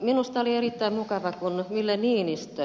minusta oli erittäin mukavaa kun ed